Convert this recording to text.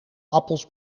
appels